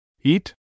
Eat